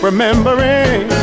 Remembering